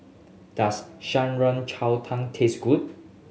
does Shan Rui Cai Tang taste good